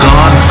God